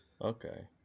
Okay